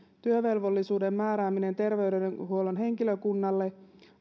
työvelvollisuuden määrääminen terveydenhuollon henkilökunnalle